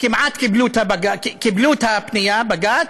כמעט קיבלו את הפנייה לבג"ץ,